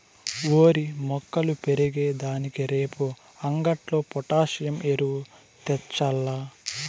ఓరి మొక్కలు పెరిగే దానికి రేపు అంగట్లో పొటాసియం ఎరువు తెచ్చాల్ల